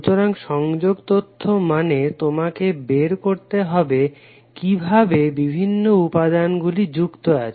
সুতরাং সংযোগ তথ্য মানে তোমাকে বের করতে হবে কিকরে বিভিন্ন উপাদান গুলি যুক্ত আছে